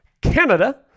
Canada